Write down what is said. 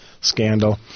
scandal